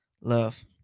love